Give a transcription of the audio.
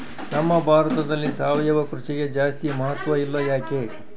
ನಮ್ಮ ಭಾರತದಲ್ಲಿ ಸಾವಯವ ಕೃಷಿಗೆ ಜಾಸ್ತಿ ಮಹತ್ವ ಇಲ್ಲ ಯಾಕೆ?